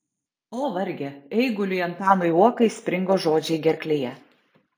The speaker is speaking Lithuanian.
o varge eiguliui antanui uokai springo žodžiai gerklėje